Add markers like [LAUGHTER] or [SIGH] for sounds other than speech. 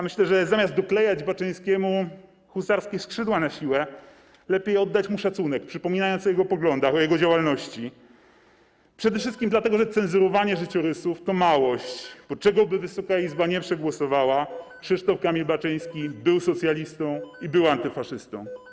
Myślę, że zamiast doklejać Baczyńskiemu husarskie skrzydła na siłę, lepiej oddać mu szacunek, przypominając o jego poglądach, o jego działalności, przede wszystkim dlatego, [NOISE] że cenzurowanie życiorysów to małość, bo cokolwiek Wysoka Izba by przegłosowała, Krzysztof Kamil Baczyński był socjalistą i był antyfaszystą.